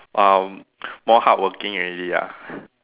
um more hardworking already ah